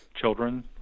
children